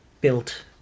built